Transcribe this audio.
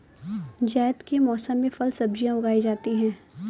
ज़ैद के मौसम में फल सब्ज़ियाँ उगाई जाती हैं